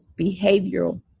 behavioral